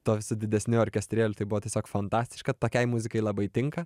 to su didesniu orkestrėliu tai buvo tiesiog fantastiška tokiai muzikai labai tinka